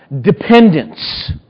dependence